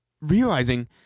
realizing